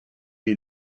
est